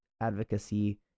advocacy